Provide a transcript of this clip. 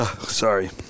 sorry